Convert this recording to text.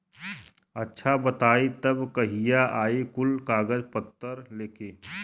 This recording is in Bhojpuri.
अच्छा बताई तब कहिया आई कुल कागज पतर लेके?